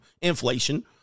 Inflation